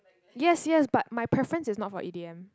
yes yes but my preference is not for e_d_m